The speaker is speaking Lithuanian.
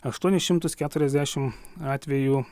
aštuonis šimtus keturiasdešimt atvejų